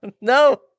no